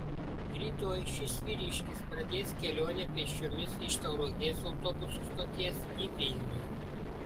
rytoj šis vyriškis pradės kelionę pėsčiomis iš tauragės autobusų stoties į vilnių